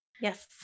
Yes